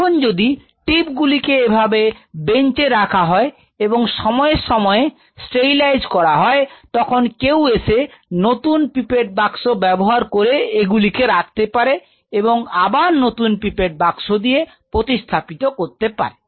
এখন যদি টিপ গুলিকে এভাবে বেঞ্চে রাখা হয় এবং সময়ে সময়ে স্তেরিলাইজ করা হয় তখন কেউ এসে নতুন পিপেট বক্স ব্যবহার করে এগুলিকে রাখতে পারে এবং আবার নতুন পিপেট বক্স দিয়ে প্রতিস্থাপিত করতে পারে